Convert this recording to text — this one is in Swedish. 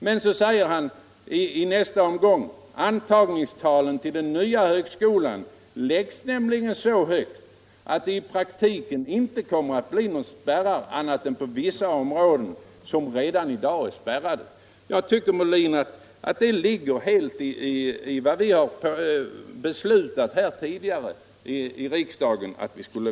Men denne professor fortsätter: ”Antagningstalen till den nya högskolan läggs nämligen så högt att det i praktiken inte kommer att bli några spärrar annat än på vissa områden som redan i dag är spärrade.” Jag anser, herr Molin, att det ligger helt i linje med det beslut som riksdagen har fattat.